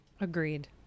Agreed